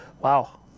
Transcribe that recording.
Wow